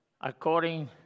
according